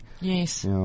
Yes